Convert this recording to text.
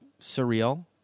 surreal